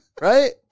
right